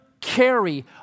carry